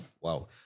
wow